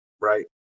right